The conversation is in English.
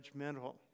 judgmental